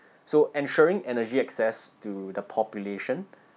so ensuring energy access to the population